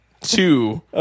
two